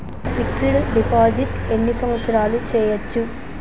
Fix డ్ deposit ఎన్ని సంవత్సరాలు చేయచ్చు?